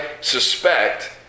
suspect